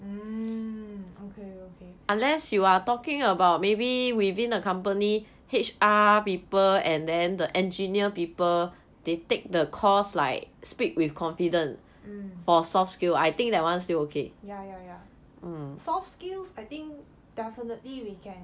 mm okay okay mm yeah yeah yeah soft skills I think definitely we can